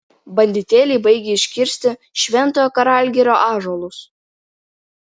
banditėliai baigia iškirsti šventojo karalgirio ąžuolus